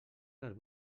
les